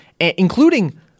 including